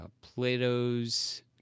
Plato's